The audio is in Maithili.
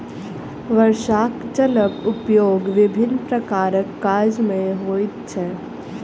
वर्षाक जलक उपयोग विभिन्न प्रकारक काज मे होइत छै